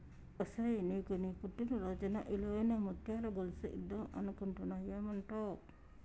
ఒసేయ్ నీకు నీ పుట్టిన రోజున ఇలువైన ముత్యాల గొలుసు ఇద్దం అనుకుంటున్న ఏమంటావ్